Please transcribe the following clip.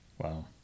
Wow